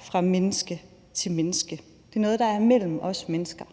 fra menneske til menneske. Det er noget, der er mellem os mennesker.